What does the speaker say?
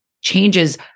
changes